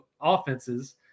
offenses